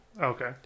Okay